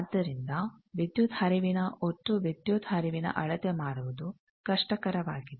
ಆದ್ದರಿಂದ ವಿದ್ಯುತ್ ಹರಿವಿನ ಒಟ್ಟು ವಿದ್ಯುತ್ ಹರಿವಿನ ಅಳತೆ ಮಾಡುವುದು ಕಷ್ಟಕರವಾಗಿದೆ